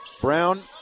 Brown